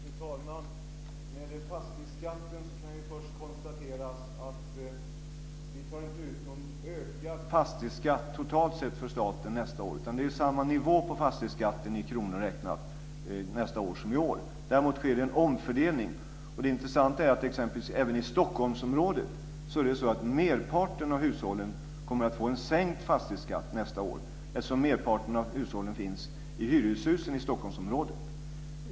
Fru talman! Först kan vi konstatera att vi inte tar ut någon ökad fastighetsskatt totalt sett för staten nästa år. Det är samma nivå på fastighetsskatten i kronor räknat nästa år som i år. Däremot sker det en omfördelning. Det intressanta är att även i t.ex. Stockholmsområdet kommer merparten av hushållen att få en sänkt fastighetsskatt nästa år, eftersom merparten av hushållen i Stockholmsområdet finns i hyreshusen.